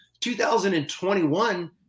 2021